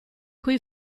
quei